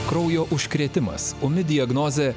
kraujo užkrėtimas ūmi diagnozė